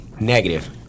negative